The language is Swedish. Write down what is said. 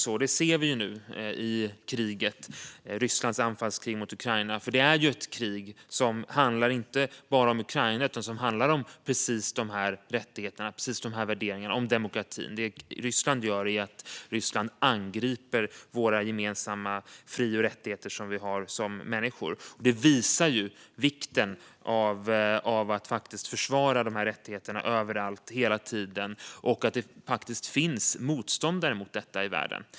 Vi ser nu i Rysslands anfallskrig mot Ukraina, ett krig som inte bara handlar om Ukraina utan om kränkningar av alla former av rättigheter och värderingarna om demokrati, att Ryssland angriper våra gemensamma fri och rättigheter som vi har som människor. Det visar på vikten av att försvara dessa rättigheter överallt och hela tiden och att visa att det faktiskt finns motståndare mot detta i världen.